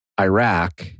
Iraq